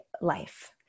life